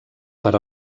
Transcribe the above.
per